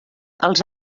els